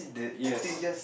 yes